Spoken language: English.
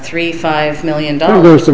three five million dollars to